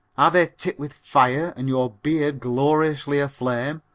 are they tipped with fire and your beard gloriously aflame,